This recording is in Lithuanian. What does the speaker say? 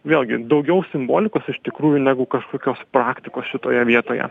vėlgi daugiau simbolikos iš tikrųjų negu kažkokios praktikos šitoje vietoje